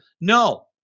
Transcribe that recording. No